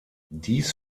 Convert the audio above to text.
dies